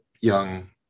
young